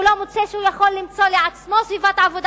הוא לא מוצא שהוא יכול למצוא לעצמו סביבת עבודה